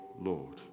Lord